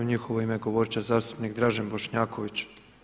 U njihovo ime govoriti će zastupnik Dražen Bošnjaković.